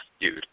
dude